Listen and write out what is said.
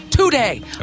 Today